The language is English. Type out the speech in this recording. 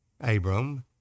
Abram